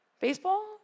Baseball